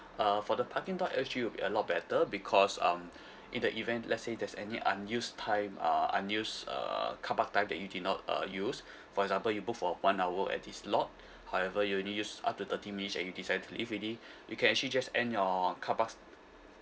uh for the parking dot S G will be a lot better because um in the event let's say there's any unused time uh unused uh car park time that you did not uh use for example you book for one hour at this lot however you only use up to thirty minutes and you decide to leave already you can actually just end your car park's